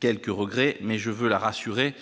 quelques regrets, mais je veux la rassurer :